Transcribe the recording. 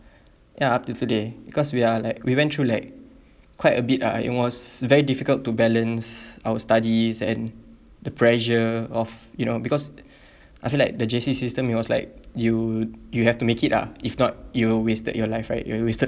ya up to today because we are like we went through like quite a bit ah it was very difficult to balance our studies and the pressure of you know because I feel like the J_C system it was like you you have to make it lah if not you wasted your life right you you wasted